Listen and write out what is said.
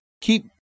keep